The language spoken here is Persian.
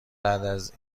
بعد